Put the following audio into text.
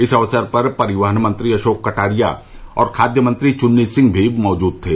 इस अवसर पर परिवहन मंत्री अशोक कटारिया और खाद्य मंत्री चुन्नी सिंह भी मौजूद थे